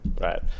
Right